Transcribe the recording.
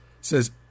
says